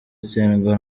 itsindwa